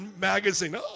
magazine